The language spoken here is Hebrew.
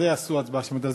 על זה יעשו הצבעה שמית.